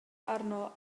arno